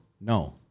No